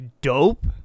dope